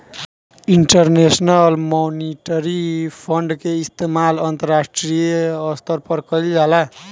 international monetary fund के इस्तमाल अंतरराष्ट्रीय स्तर पर कईल जाला